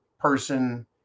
person